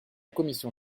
commission